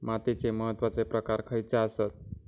मातीचे महत्वाचे प्रकार खयचे आसत?